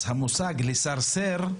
אז המושג לסרסר,